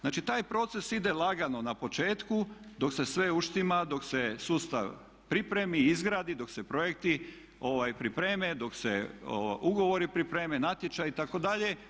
Znači taj proces ide lagano na početku dok se sve uštima, dok se sustav pripremi, izgradi, dok se projekti pripreme, dok se ugovori pripreme, natječaji itd.